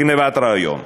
בגנבת רעיון.